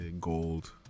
Gold